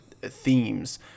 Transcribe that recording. themes